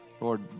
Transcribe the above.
Lord